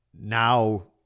now